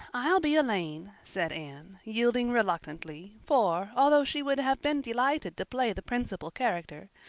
i'll be elaine, said anne, yielding reluctantly, for, although she would have been delighted to play the principal character,